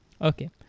Okay